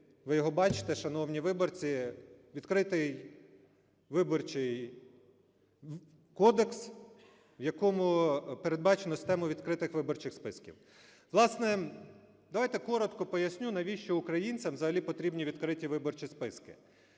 ви його бачите, шановні виборці, відкритий Виборчий кодекс, в якому передбачено систему відкритих виборчих списків. Власне, давайте коротко поясню, навіщо українцям взагалі потрібні відкриті виборчі списки.